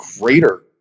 greater